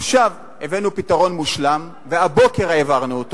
עכשיו הבאנו פתרון מושלם, והבוקר העברנו אותו.